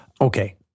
Okay